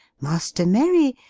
master merry,